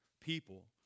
people